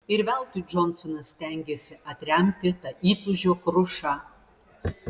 ir veltui džonsonas stengėsi atremti tą įtūžio krušą